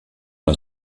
das